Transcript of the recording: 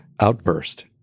outburst